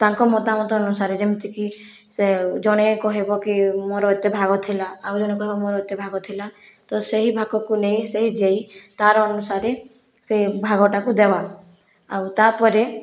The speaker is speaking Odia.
ତାଙ୍କ ମତାମତ ଅନୁସାରେ ଯେମିତିକି ସେ ଜଣେ କହିବ କି ମୋର ଏତେ ଭାଗ ଥିଲା ଆଉ ଜଣେ କହିବ ମୋର ଏତେ ଭାଗ ଥିଲା ତ ସେହି ଭାଗକୁ ନେଇ ସେ ଜେଇ ତାର ଅନୁସାରେ ସେ ଭାଗଟାକୁ ଦେବା ଆଉ ତାପରେ